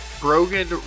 Brogan